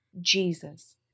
Jesus